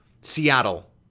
Seattle